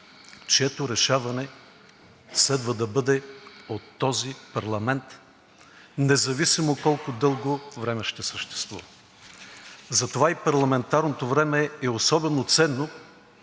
чието решаване следва да бъде от този парламент, независимо колко дълго време ще съществува. Затова и парламентарното време е особено ценно